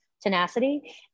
tenacity